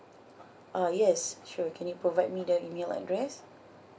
uh yes sure can you provide me the email address